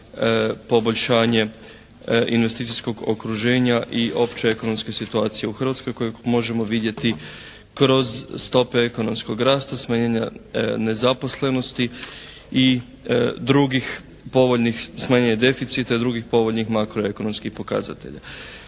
poboljšanje investicijskog okruženja i opće ekonomske situacije u Hrvatskoj kojeg možemo vidjeti kroz stope ekonomskog rasta, smanjenje nezaposlenosti i drugih povoljnih smanjenja deficita, drugih povoljnih makro ekonomskih pokazatelja.